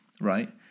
right